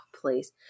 Please